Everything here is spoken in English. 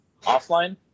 offline